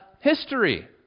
history